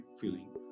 feeling